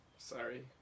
sorry